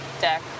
deck